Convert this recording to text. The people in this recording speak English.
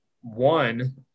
One